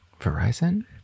Verizon